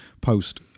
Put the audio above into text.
post